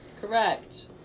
Correct